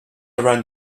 around